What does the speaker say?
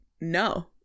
no